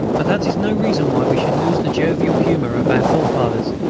but that is no reason why we should lose the jovial humour of our forefathers.